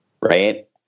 Right